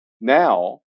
now